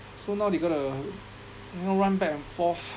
so now they gonna you know run back and forth